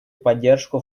поддержку